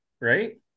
right